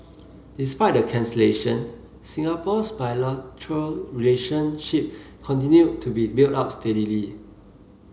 despite the cancellation Singapore's bilateral relationship continued to be built up steadily